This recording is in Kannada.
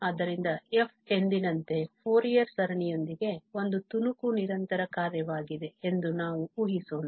ಆದ್ದರಿಂದ f ಎಂದಿನಂತೆ ಫೋರಿಯರ್ ಸರಣಿಯೊಂದಿಗೆ ಒಂದು ತುಣುಕು ನಿರಂತರ ಕಾರ್ಯವಾಗಿದೆ ಎಂದು ನಾವು ಊಹಿಸೋಣ